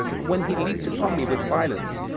and when he leaped upon me with violence,